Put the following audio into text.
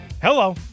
Hello